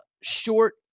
short